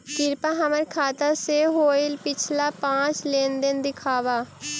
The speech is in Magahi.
कृपा हमर खाता से होईल पिछला पाँच लेनदेन दिखाव